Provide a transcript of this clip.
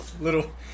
Little